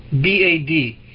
B-A-D